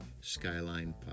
Skyline